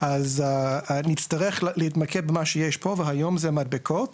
אז נצטרך להתמקד במה שיש פה והיום זה מדבקות,